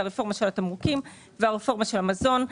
הרפורמה של התמרוקים והרפורמה של המזון.